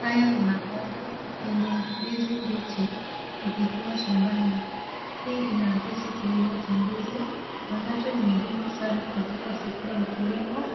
Haya ni magomba yenye ndizi mbichi ikikuwa shambani. Hii inaakisi kilimo cha ndizi ambacho ni muhimu sana katika sekta ya kilimo